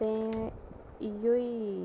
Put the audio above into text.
ते इयै ई